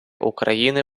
україни